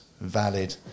valid